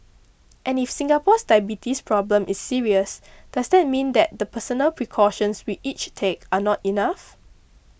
and if Singapore's diabetes problem is serious does that mean that the personal precautions we each take are not enough